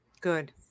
Good